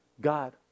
God